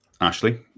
Ashley